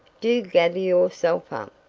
do gather yourself up!